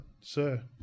Sir